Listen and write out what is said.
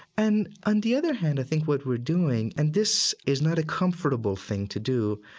and on the other hand i think what we're doing and this is not a comfortable thing to do,